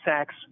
sex